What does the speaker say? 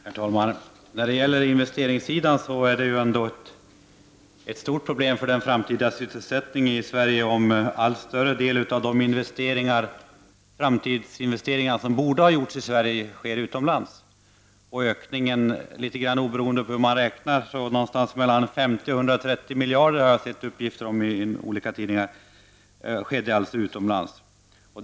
Herr talman! När det gäller investeringssidan är det ju ändå ett stort problem för den framtida sysselsättningen i Sverige, om en allt större del av de framtidsinvesteringar som borde ha gjorts i Sverige sker utomlands. Och ökningen av investeringarna utomlands ligger någonstans mellan 50 och 130 miljarder enligt uppgifter som jag har sett i olika tidningar.